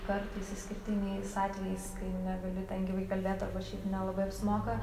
kartais išskirtiniais atvejais kai negali ten gyvai kalbėt apie šiaip nelabai apsimoka